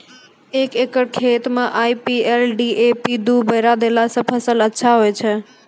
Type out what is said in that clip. एक एकरऽ खेती मे आई.पी.एल डी.ए.पी दु बोरा देला से फ़सल अच्छा होय छै?